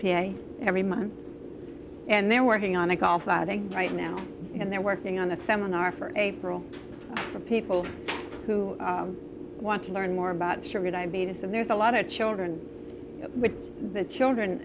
a every month and they're working on a golf outing right now and they're working on a seminar for april for people who want to learn more about sugar diabetes so there's a lot of children with the children